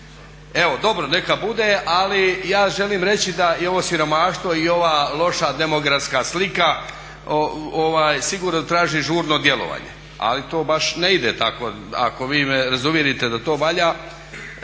Evo dobro neka bude, ali ja želim reći da i ovo siromaštvo, i ova loša demografska slika sigurno traži žurno djelovanje, ali to baš ne ide tako. Ako vi me razuvjerite da to valja